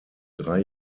drei